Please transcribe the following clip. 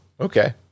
Okay